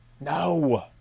No